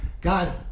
God